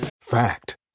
Fact